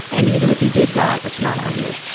and even if he did die, it's not on you.